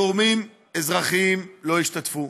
גורמים אזרחיים לא השתתפו.